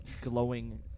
glowing